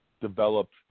developed